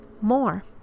More